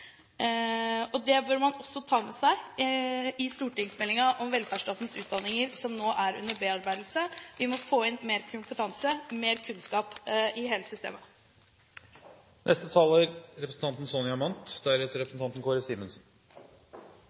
faresignalene. Det bør man også ta med seg i stortingsmeldingen om velferdsstatens utdanninger, som nå er under utarbeidelse. Vi må få inn mer kompetanse, mer kunnskap, i